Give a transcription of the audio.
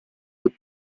per